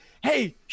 hey